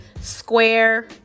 Square